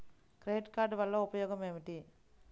Credit card వల్ల ఉపయోగం ఏమిటీ?